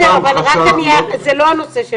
הו לאזרח יהודי היא פשוט עניין לא טבעי